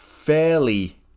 fairly